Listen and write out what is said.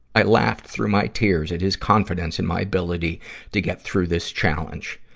i laugh through my tears at his confidence in my ability to get through this challenge.